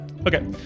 Okay